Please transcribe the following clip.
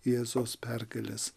jėzaus pergalės